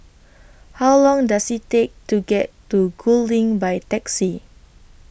How Long Does IT Take to get to Gul LINK By Taxi